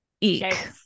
eek